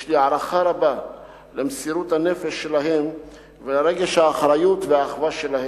יש לי הערכה רבה למסירות הנפש שלהם ולרגש האחריות והאחווה שלהם.